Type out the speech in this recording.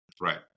Right